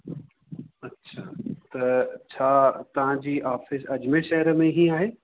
अच्छा त छा तव्हांजी ऑफ़िस अजमेर शहर में ई आहे